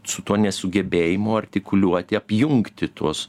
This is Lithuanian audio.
su tuo nesugebėjimu artikuliuoti apjungti tuos